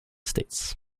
states